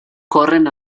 corren